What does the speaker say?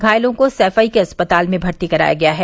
घायलों को सैफई के अस्पताल में भर्ती कराया गया है